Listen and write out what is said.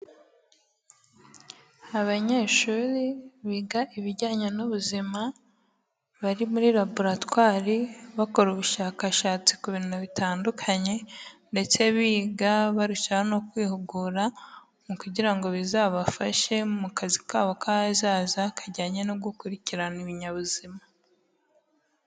Abanyeshuri biga ibijyanye n'ubuzima bari muri laboratwari, bakora ubushakashatsi ku bintu bitandukanye ndetse biga barusha no kwihugura kugirango bizabafashe mu kazi kabo k'ahazaza kajyanye no gukurikirana ibinyabuzima.